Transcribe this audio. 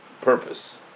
purpose